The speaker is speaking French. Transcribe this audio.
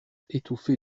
étouffé